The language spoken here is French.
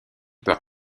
par